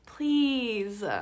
please